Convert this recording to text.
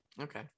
Okay